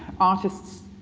artists